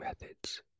methods